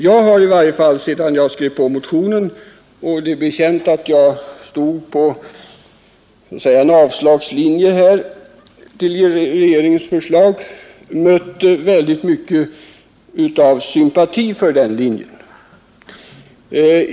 Jag har i varje fall sedan jag skrev på motionen och det blev känt att jag stod på avslagslinjen mött väldigt mycket av sympati för den linjen.